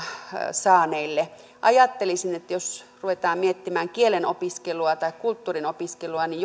saaneille mutta ajattelisin että jos ruvetaan miettimään kielen opiskelua tai kulttuurin opiskelua niin